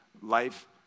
life